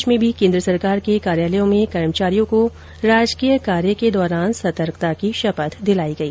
प्रदेश में भी केन्द्र सरकार के कार्यालयों में कर्मचारियों को राजकीय कार्य के दौरान सतर्कता की शपथ दिलाई गई